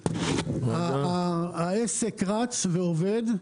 העסק רץ ועובד,